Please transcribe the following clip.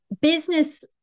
business